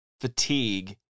fatigue